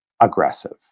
aggressive